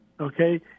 Okay